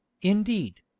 indeed